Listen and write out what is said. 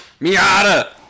Miata